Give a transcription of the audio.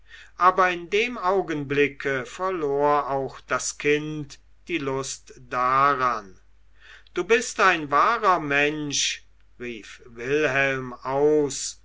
aber in dem augenblicke verlor auch das kind die lust daran du bist ein wahrer mensch rief wilhelm aus